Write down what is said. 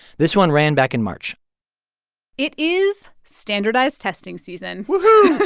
this one ran back in march it is standardized testing season woo-hoo.